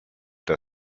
der